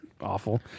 awful